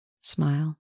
Smile